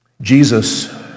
Jesus